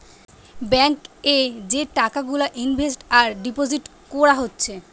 bank এ যে টাকা গুলা ইনভেস্ট আর ডিপোজিট কোরা হচ্ছে